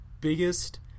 biggest